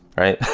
right?